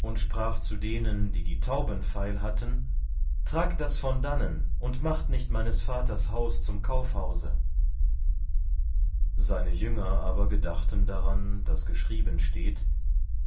und sprach zu denen die die tauben feil hatten tragt das von dannen und macht nicht meines vaters haus zum kaufhause seine jünger aber gedachten daran daß geschrieben steht